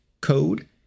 code